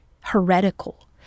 heretical